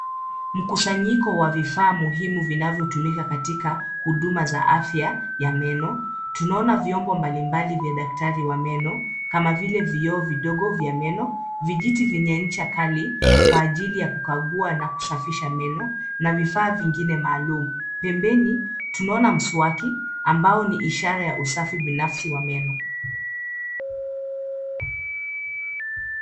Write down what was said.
Mkusanyiko wa vifaa muhimu vinavyotumika katika huduma za afya ya meno, tunaona vyombo mbalimbali vya daktari wa meno, kama vile vioo vidogo vya meno, vijiti vyenye ncha kali kwa ajili ya kukagua na kusafisha meno, na vifaa vingine maalum. Pembeni tunaona mswaki ambao ni ishara ya usafi binafsi wa meno.